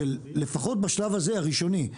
של לפחות בשלב הזה הראשוני,